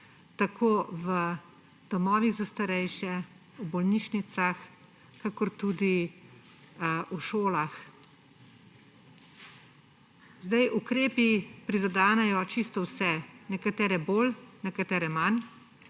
tako v domovih za starejše, v bolnišnicah, kakor tudi v šolah. Zdaj, ukrepi prizadenejo čisto vse, nekatere bolj, nekatere manj.